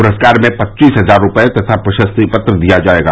पुरस्कार में पच्चीस हजार रूपये तथा प्रशस्ति पत्र दिया जायेगा